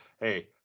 Hey